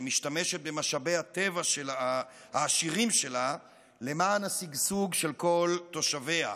שמשתמשת במשאבי הטבע העשירים שלה למען השגשוג של כל תושביה.